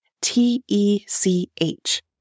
T-E-C-H